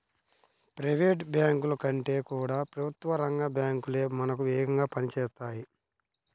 private బ్యాంకుల కంటే కూడా ప్రభుత్వ రంగ బ్యాంకు లే మనకు వేగంగా పని చేస్తాయి